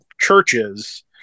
churches